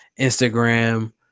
Instagram